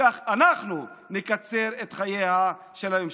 וכך אנחנו נקצר את חייה של הממשלה.